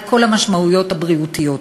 על כל המשמעויות הבריאותיות.